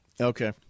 Okay